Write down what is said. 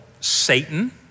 Satan